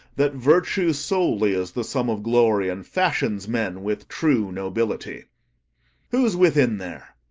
that virtue solely is the sum of glory, and fashions men with true nobility who's within there?